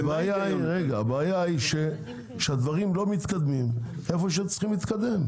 הבעיה היא שהדברים לא מתקדמים איפה שהם צריכים להתקדם.